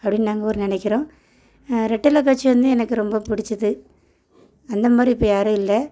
அப்படின்னு நாங்கள் ஒரு நெனைக்கிறோம் ரெட்டெலை கட்சி வந்து எனக்கு ரொம்ப பிடிச்சிது அந்த மாதிரி இப்போ யாரும் இல்லை